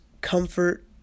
comfort